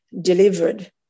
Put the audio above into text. delivered